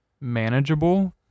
manageable